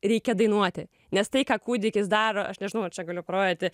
reikia dainuoti nes tai ką kūdikis daro aš nežinau ar čia galiu prodyti